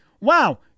wow